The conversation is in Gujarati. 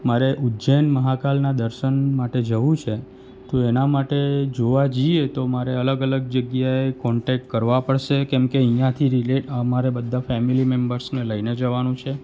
મારે ઉજ્જૈન મહાકાલના દર્શન માટે જવું છે તો એના માટે જોવા જઈએ તો મારે અલગ અલગ જગ્યાએ કોન્ટેક્ટ કરવા પડશે કેમકે અહીંયાથી રીલે અમારે બધા ફેમિલી મેમ્બર્સને લઈને જવાનું છે